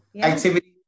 activity